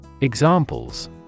Examples